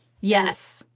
Yes